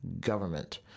government